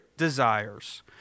desires